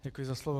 Děkuji za slovo.